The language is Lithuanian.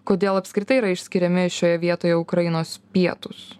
kodėl apskritai yra išskiriami šioje vietoje ukrainos pietūs